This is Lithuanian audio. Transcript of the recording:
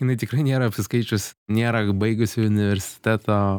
jinai tikrai nėra apsiskaičius nėra baigusi universiteto